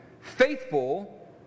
faithful